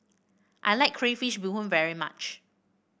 I like Crayfish Beehoon very much